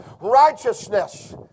righteousness